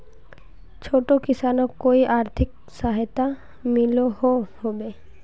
छोटो किसानोक कोई आर्थिक सहायता मिलोहो होबे?